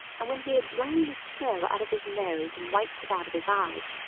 and when he had blown the snow out of his nose and wiped it out of his eyes,